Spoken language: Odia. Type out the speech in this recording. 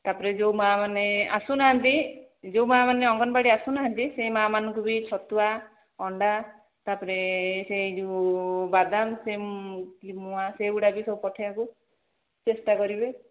ତା'ପରେ ଯେଉଁ ମାଆ ମାନେ ଆସୁନାହାନ୍ତି ଯେଉଁ ମାଆ ମାନେ ଅଙ୍ଗନବାଡ଼ି ଆସୁନାହାନ୍ତି ସେଇ ମାଆ ମାନଙ୍କୁ ବି ଛତୁଆ ଅଣ୍ଡା ତାପରେ ସେ ଯେଉଁ ବାଦାମ କି ମୁଆଁ ସେଇଗୁଡ଼ା ବି ସବୁ ପଠେଇବାକୁ ଚେଷ୍ଟା କରିବେ